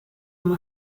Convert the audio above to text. uma